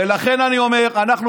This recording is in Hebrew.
ולכן אני אומר: אנחנו,